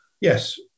Yes